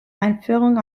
einführung